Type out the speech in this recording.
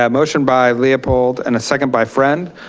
yeah motion by leopold, and a second by friend.